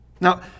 Now